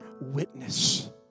witness